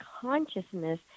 consciousness